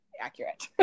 accurate